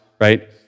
right